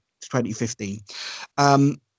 2015